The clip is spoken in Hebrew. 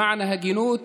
למען ההגינות